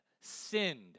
sinned